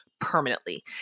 permanently